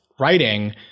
writing